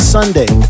Sunday